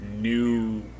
new